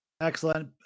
excellent